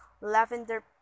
lavender